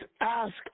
ask